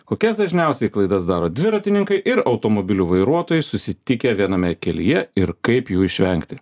kokias dažniausiai klaidas daro dviratininkai ir automobilių vairuotojai susitikę viename kelyje ir kaip jų išvengti